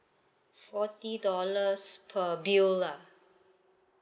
forty dollars per bill lah